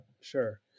sure